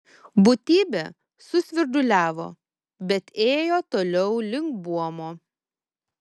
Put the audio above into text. būtybė susvirduliavo bet ėjo toliau link buomo